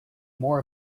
more